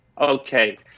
Okay